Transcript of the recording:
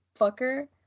fucker